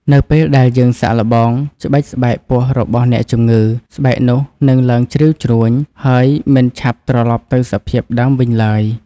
នៅពេលដែលយើងសាកល្បងច្បិចស្បែកពោះរបស់អ្នកជំងឺ ស្បែកនោះនឹងឡើងជ្រីវជ្រួញ ហើយមិនឆាប់ត្រឡប់ទៅសភាពដើមវិញឡើយ។